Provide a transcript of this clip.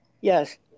Yes